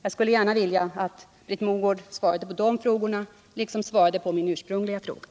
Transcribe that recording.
Jag skulle gärna vilja att Britt Mogård svarade på de frågorna, liksom på min ursprungliga fråga.